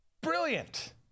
Brilliant